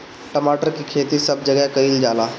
टमाटर के खेती सब जगह कइल जाला